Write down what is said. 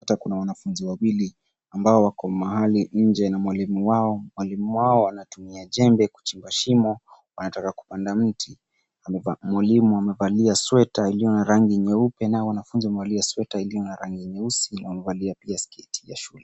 Hata kuna wanafunzi wawili ambao wako mahali nje, na mwalimu wao, mwalimu wao anatumia jembe kuchimba shimo, wanataka kupanda mti. Amevaa, mwalimu amevalia sweater iliyo na rangi nyeupe, nao wanafunzi wamevalia sweater , iliyo na rangi nyeusi na wamevalia pia sketi ya shule.